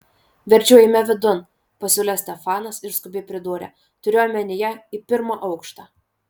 verčiau eime vidun pasiūlė stefanas ir skubiai pridūrė turiu omenyje į pirmą aukštą